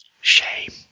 Shame